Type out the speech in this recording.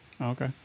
Okay